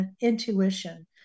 intuition